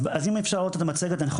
אם אפשר להראות את המצגת אני אוכל